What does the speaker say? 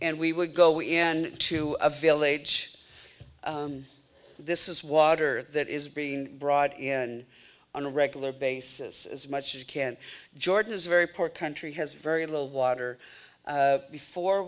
and we would go in to a village this is water that is being brought in on a regular basis as much as you can jordan is very poor country has very little water before